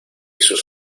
sus